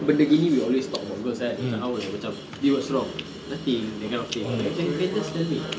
benda gini we always talk about girls kan macam eh what's wrong nothing that kind of thing like you can just tell me